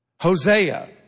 Hosea